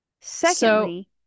Secondly